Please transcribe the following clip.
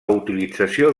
utilització